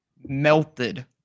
melted